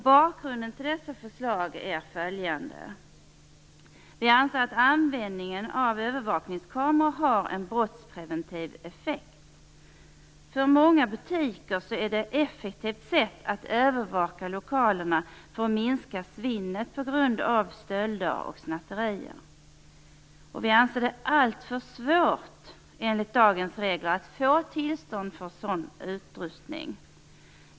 Bakgrunden till dessa förslag är följande. Vi anser att användningen av övervakningskameror har en brottspreventiv effekt. För många butiker är det ett effektivt sätt att övervaka lokalerna för att minska svinnet på grund av stölder och snatterier. Vi anser det alltför svårt enligt dagens regler att få tillstånd för sådan utrustning.